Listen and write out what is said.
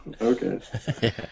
Okay